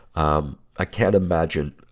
um i can't imagine, ah,